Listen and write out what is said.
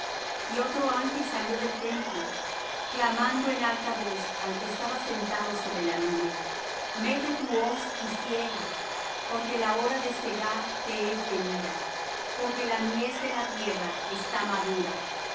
y otro ángel salió del templo clamando en alta voz al que estaba sentado sobre la nube mete tu hoz y siega porque la hora de segar te es venida porque la mies de la tierra está madura